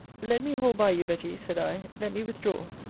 let me hold by you, betty, said i let me withdraw.